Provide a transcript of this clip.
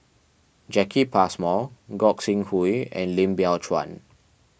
Jacki Passmore Gog Sing Hooi and Lim Biow Chuan